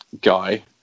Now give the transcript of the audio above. guy